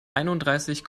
einunddreißig